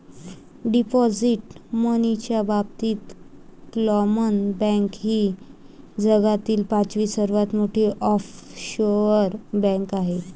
deposit मनीच्या बाबतीत क्लामन बँक ही जगातील पाचवी सर्वात मोठी ऑफशोअर बँक आहे